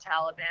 Taliban